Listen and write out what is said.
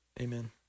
amen